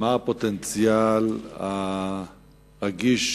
מה הפוטנציאל הרגיש